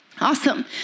Awesome